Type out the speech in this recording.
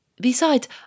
Besides